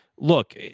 Look